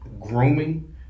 grooming